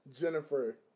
jennifer